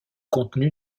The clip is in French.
contenu